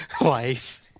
wife